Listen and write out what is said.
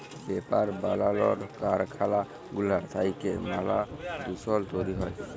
paper বালালর কারখালা গুলা থ্যাইকে ম্যালা দুষল তৈরি হ্যয়